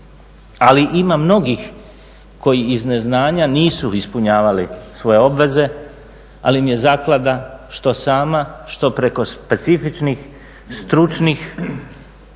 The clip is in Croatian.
ali ima mnogih koji iz neznanja nisu ispunjavali svoje obveze, ali im je zaklada što sama, što preko specifičnih stručnih